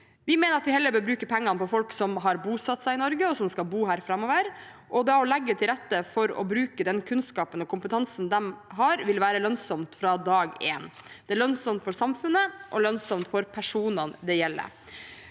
Vi mener at vi heller bør bruke pengene på folk som har bosatt seg i Norge, og som skal bo her framover, og at å legge til rette for å bruke den kunnskapen og kompetansen de har, vil være lønnsomt fra dag én. Det er lønnsomt for samfunnet og lønnsomt for personene det gjelder.